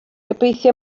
gobeithio